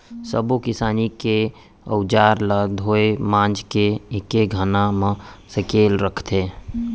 सब्बो किसानी के अउजार ल धोए मांज के एके जघा म सकेल के राखथे